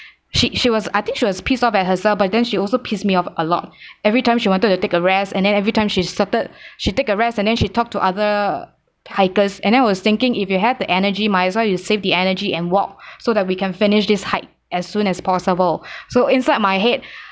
she she was I think she was pissed off at herself but then she also pissed me off a lot every time she wanted to take a rest and then every time she started she take a rest and then she talked to other hikers and then I was thinking if you have the energy might as well you save the energy and walk so that we can finish this hike as soon as possible so inside my head